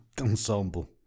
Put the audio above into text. ensemble